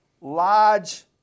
large